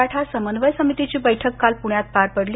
मराठा समन्वय समितीची बैठक काल पूण्यात पार पडली